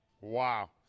Wow